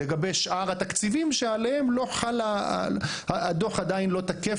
לגבי שאר התקציבים שהדו"ח עדיין לא תקף